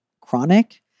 chronic